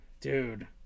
Dude